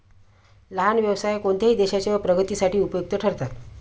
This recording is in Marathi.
लहान व्यवसाय कोणत्याही देशाच्या प्रगतीसाठी उपयुक्त ठरतात